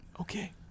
Okay